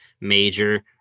major